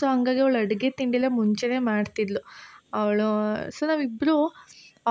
so ಹಂಗಾಗಿ ಅವ್ಳು ಅಡುಗೆ ತಿಂಡಿಯೆಲ್ಲ ಮುಂಚೆಯೇ ಮಾಡ್ತಿದ್ದಳು ಅವಳು ಸೊ ನಾವಿಬ್ರೂ